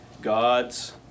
god's